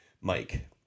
Mike